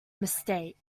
mistake